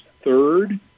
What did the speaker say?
third